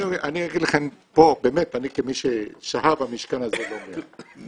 אני אגיד לכם פה, כמי ששהה במשכן הזה לא מעט.